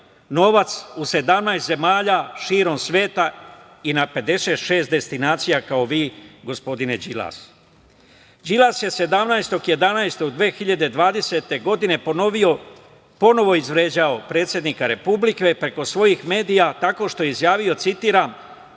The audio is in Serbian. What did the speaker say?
novac u 17 zemalja širok sveta i na 56 destinacija kao vi, gospodine Đilas. Đilas je 17. novembra 2020. godine ponovo izvređao predsednika republike preko svojih medija tako što je izjavio, citiram